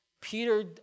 Peter